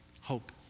hope